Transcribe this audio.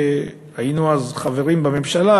היינו אז חברים בממשלה,